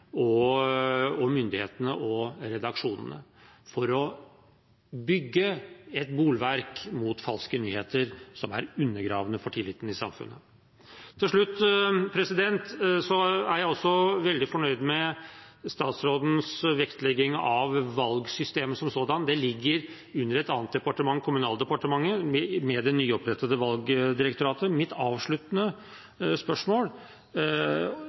myndighetene og redaksjonene for å bygge et bolverk mot falske nyheter, som er undergravende for tilliten i samfunnet. Til slutt vil jeg si at jeg er veldig fornøyd med statsrådens vektlegging av valgsystemet som sådant. Det ligger under et annet departement – Kommunal- og moderniseringsdepartementet – med det nyopprettede Valgdirektoratet. Mitt avsluttende spørsmål